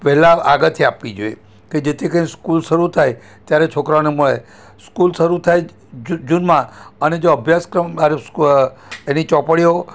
પહેલાં આગળથી આપવી જોઈએ કે જેથી કરીને સ્કૂલ શરૂ થાય ત્યારે છોકરાઓને મળે સ્કૂલ શરૂ થાય જૂનમાં અને જો અભ્યાસક્રમ અરે એની ચોપડીઓ